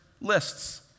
lists